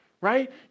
Right